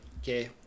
okay